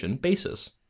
basis